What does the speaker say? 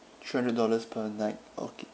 three hundred dollars per night okay